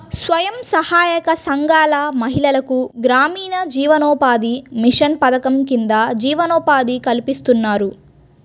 స్వయం సహాయక సంఘాల మహిళలకు గ్రామీణ జీవనోపాధి మిషన్ పథకం కింద జీవనోపాధి కల్పిస్తున్నారు